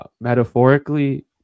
metaphorically